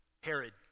Herod